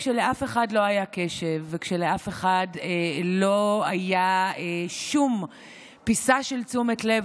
כשלאף אחד לא היה קשב וכשלאף אחד לא הייתה שום פיסה של תשומת לב